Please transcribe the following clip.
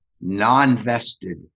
non-vested